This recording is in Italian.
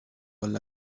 alla